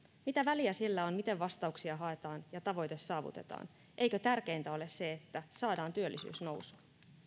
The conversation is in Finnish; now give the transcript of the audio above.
mitä väliä sillä on miten vastauksia haetaan ja tavoite saavutetaan eikö tärkeintä ole se että saadaan työllisyys nousuun